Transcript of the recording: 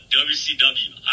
WCW